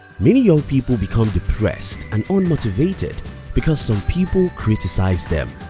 many young people become depressed and unmotivated because some people criticize them.